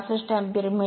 62 ampere मिळते